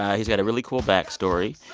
he's got a really cool backstory.